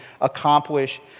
accomplish